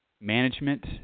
management